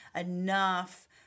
enough